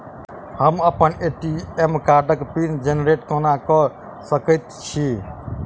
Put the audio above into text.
हम अप्पन ए.टी.एम कार्डक पिन जेनरेट कोना कऽ सकैत छी?